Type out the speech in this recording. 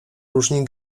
różni